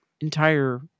entire